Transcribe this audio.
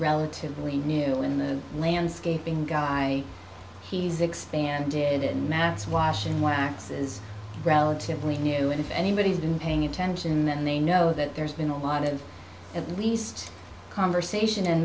relatively new in the landscaping guy he's expanded it mattes washing whacked is relatively new and if anybody's been paying attention then they know that there's been a lot of at least conversation and